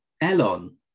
Elon